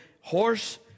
horse